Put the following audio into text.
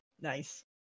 Nice